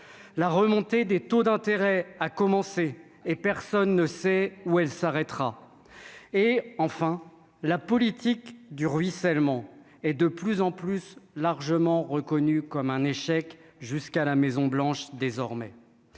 la remontée des taux d'intérêt, a commencé, et personne ne sait où elle s'arrêtera et enfin la politique du ruissellement et de plus en plus largement reconnu comme un échec jusqu'à la Maison Blanche, désormais,